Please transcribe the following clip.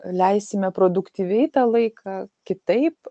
leisime produktyviai tą laiką kitaip